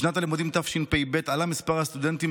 בשנת הלימודים תשפ"ב עלה מספר הסטודנטים